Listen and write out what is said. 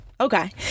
Okay